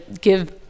give